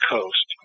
Coast